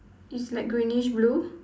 is like greenish blue